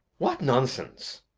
what nonsense!